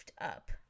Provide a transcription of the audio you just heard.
up